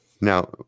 Now